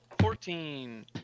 fourteen